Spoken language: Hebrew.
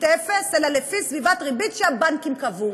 אפס אלא לפי סביבת ריבית שהבנקים קבעו.